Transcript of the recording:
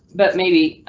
but maybe,